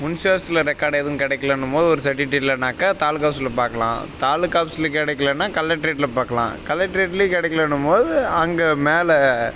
municipal ஆஃபிஸ்சில் record எதுவும் கிடைக்கிலனும் போது ஒரு சர்டிவிகேட் இல்லைனாக்கா தாலுக்கா ஆஃபிஸ்சில் பார்க்கலாம் தாலுக்கா ஆஃபிஸ்சில் கிடைக்கிலேனா கலெக்ட்ரேட்டில் பார்க்கலாம் கலெக்ட்ரேட்லேயும் கிடைக்கிலேனும் போது அங்கே மேலே